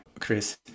chris